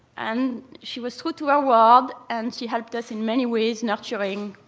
and she was good to her word. and she helped us in many ways, nurturing,